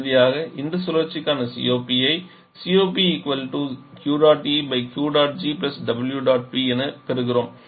இறுதியாக இந்த சுழற்சிக்கான COP ஐப் என பெறுகிறோம்